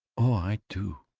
i do!